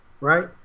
right